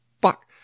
Fuck